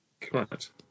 Correct